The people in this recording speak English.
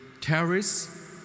terrorists